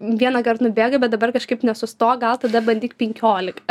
vienąkart nubėgai bet dabar kažkaip nesustok gal tada bandyk penkiolika